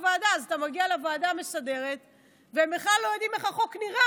אתה מגיע לוועדה המסדרת והם בכלל לא יודעים איך החוק נראה,